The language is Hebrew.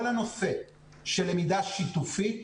כל הנושא של למידה שיתופית,